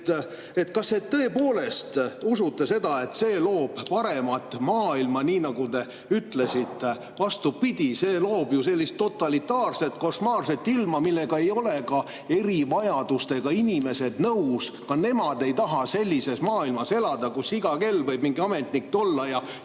Kas te tõepoolest usute seda, et see loob paremat maailma, nii nagu te ütlesite? Vastupidi, see loob sellist totalitaarset košmaarset maailma, millega ei ole ka erivajadustega inimesed nõus. Ka nemad ei taha elada sellises maailmas, kus iga kell võib mingi ametnik tulla ja